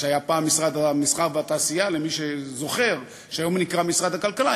מה שהיה פעם משרד המסחר והתעשייה והיום נקרא משרד הכלכלה,